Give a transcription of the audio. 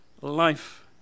life